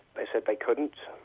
they said they couldn't.